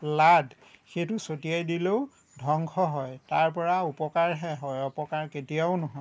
লাদ সেইটো চতিয়াই দিলেও ধংস হয় তাৰ পৰা উপকাৰহে হয় অপকাৰ কেতিয়াও নহয়